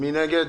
מי נגד,